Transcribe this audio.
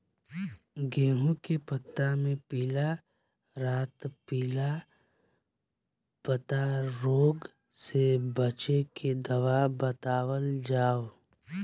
गेहूँ के पता मे पिला रातपिला पतारोग से बचें के दवा बतावल जाव?